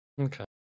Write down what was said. Okay